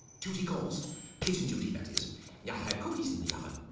duty calls kitchen duty. that is i have cookies in the oven